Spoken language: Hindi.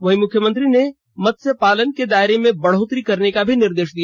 वहीं मुख्यमंत्री ने मत्स्य पालन के दायरे में बढ़ोतरी करने का भी निर्देश दिया